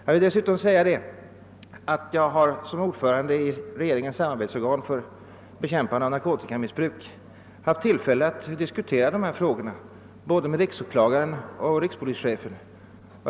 Jag vill dessutom säga att jag såsom ordförande i regeringens samarbetsorgan för bekämpande av narkotikamissbruk har haft tillfälle att diskutera de här frågorna både med riksåklagaren och med rikspolischefen.